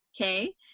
Okay